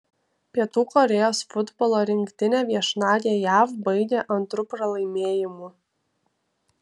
pietų korėjos futbolo rinktinė viešnagę jav baigė antru pralaimėjimu